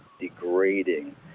degrading